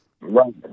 Right